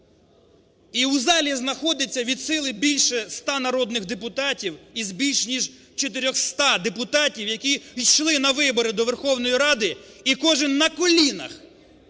І в залі знаходиться від сили більше ста народних депутатів із більш ніж чотирьохста депутатів, які йшли на вибори до Верховної Ради, і кожен на колінах